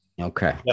Okay